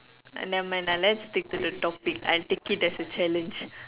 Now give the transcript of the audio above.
nevermind lah let's stick to the topic I'll take it as a challenge